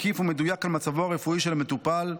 מקיף ומדויק על מצבו הרפואי של המטופל,